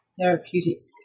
therapeutics